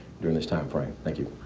during this time frame. thank you.